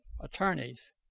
attorneys